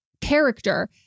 character